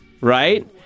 right